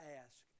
ask